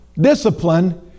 discipline